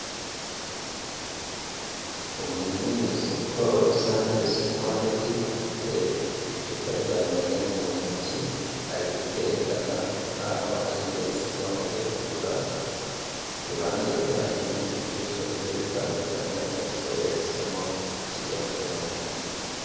Umuntu uri mu isoko rusange Super Market, afite icupa rya mayonezi mu ntoki, ari kuryerekana nkaho ariryo ahisemo agiye kugura, ku ruhande rwe hari ibindi bicuruzwa bigiye bitandukanye ariko we yahisemo kiriya afite mu ntoki.